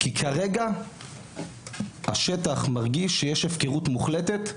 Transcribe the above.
כי כרגע השטח מרגיש שיש הפקרות מוחלטת.